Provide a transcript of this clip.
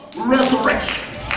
resurrection